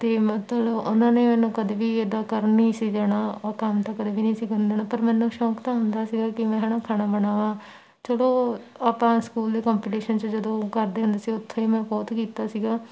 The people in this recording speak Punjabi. ਅਤੇ ਮਤਲਬ ਉਹਨਾਂ ਨੇ ਮੈਨੂੰ ਕਦੇ ਵੀ ਇੱਦਾਂ ਕਰਨ ਨਹੀਂ ਸੀ ਦੇਣਾ ਉਹ ਕੰਮ ਤਾਂ ਕਦੇ ਵੀ ਨਹੀਂ ਸੀ ਕਰਨ ਦੇਣਾ ਪਰ ਮੈਨੂੰ ਸ਼ੌਕ ਤਾਂ ਹੁੰਦਾ ਸੀਗਾ ਕਿ ਮੈਂ ਹੈ ਨਾ ਖਾਣਾ ਬਣਾਵਾ ਚਲੋ ਆਪਾਂ ਸਕੂਲ ਦੇ ਕੰਪੀਟੀਸ਼ਨ 'ਚ ਜਦੋਂ ਉਹ ਕਰਦੇ ਹੁੰਦੇ ਸੀ ਉੱਥੋਂ ਹੀ ਮੈਂ ਬਹੁਤ ਕੀਤਾ ਸੀਗਾ